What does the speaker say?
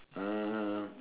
uh